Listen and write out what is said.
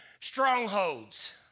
strongholds